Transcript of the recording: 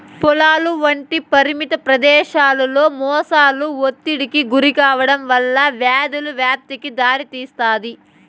పొలాలు వంటి పరిమిత ప్రదేశాలలో మొసళ్ళు ఒత్తిడికి గురికావడం వల్ల వ్యాధుల వ్యాప్తికి దారితీస్తాది